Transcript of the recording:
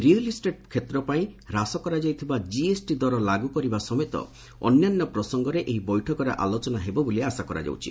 real estate କ୍ଷେତ୍ରପାଇଁ ହ୍ରାସ କରାଯାଇଥିବା ଜିଏସ୍ଟି ଦର ଲାଗୁକରିବା ସମେତ ଅନ୍ୟାନ୍ୟ ପ୍ରସଙ୍ଗରେ ଏହି ବୈଠକରେ ଆଲୋଚନା ହେବ ବୋଲି ଆଶା କରାଯାଉଛି